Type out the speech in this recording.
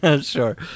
sure